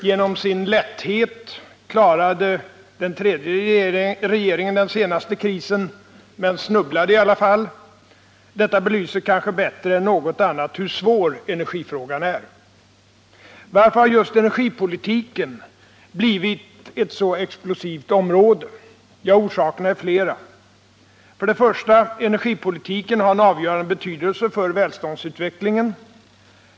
Genom sin ”lätthet” klarade den tredje regeringen den senaste krisen, men snubblade i alla fall. Detta belyser kanske bättre än något annat hur svår energifrågan är. Varför har just energipolitiken blivit ett så explosivt område? Orsakerna är flera: 1. Energipolitiken har en avgörande betydelse för välståndsutvecklingen.